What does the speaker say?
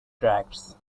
tracts